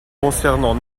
concernant